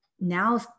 Now